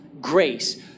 Grace